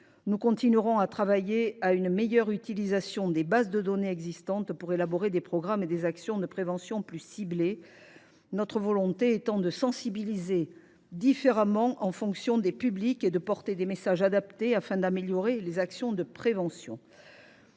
Nous continuerons de travailler à une meilleure utilisation des bases de données existantes, pour élaborer des programmes et des actions de prévention plus performants. Notre volonté est de sensibiliser différemment les publics en fonction de chacun d’eux et de porter des messages adaptés afin d’améliorer les actions de prévention.